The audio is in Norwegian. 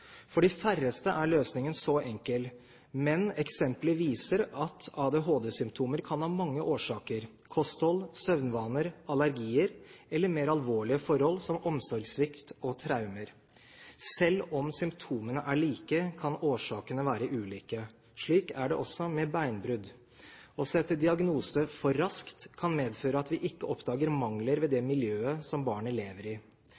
For de færreste er løsningen så enkel. Men eksemplet viser at ADHD-symptomer kan ha mange årsaker: kosthold, søvnvaner, allergier eller mer alvorlige forhold som omsorgssvikt og traumer. Selv om symptomene er like, kan årsakene være ulike. Slik er det også med beinbrudd. Å sette diagnose for raskt kan medføre at vi ikke oppdager mangler ved det miljøet som barnet lever i.